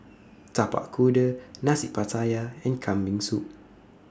Tapak Kuda Nasi Pattaya and Kambing Soup